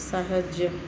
ସାହାଯ୍ୟ